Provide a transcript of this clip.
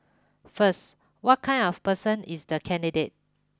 first what kind of person is the candidate